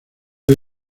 hoy